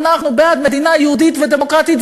אנחנו בעד מדינה יהודית ודמוקרטית,